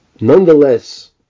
Nonetheless